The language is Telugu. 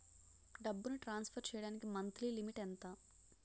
డబ్బును ట్రాన్సఫర్ చేయడానికి మంత్లీ లిమిట్ ఎంత?